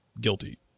guilty